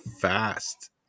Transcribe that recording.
Fast